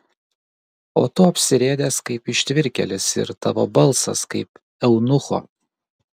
o tu apsirėdęs kaip ištvirkėlis ir tavo balsas kaip eunucho